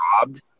robbed